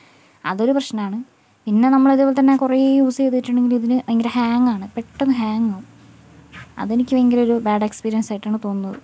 അതൊരു പ്രശ്നമാണ് പിന്നെ നമ്മൾ ഇതേപോലെ തന്നെ കുറേ യൂസ് ചെയ്തിട്ടുണ്ടെങ്കിൽ ഇതിന് ഭയങ്കര ഹാങ്ങാണ് പെട്ടന്ന് ഹാങ്ങാവും അത് എനിക്ക് ഭയകര ഒരു ബാഡ് എക്സ്പിരിയൻസ് ആയിട്ടാണ് തോന്നുന്നത്